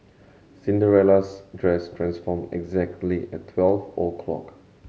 Cinderella's dress transformed exactly at twelve o' clock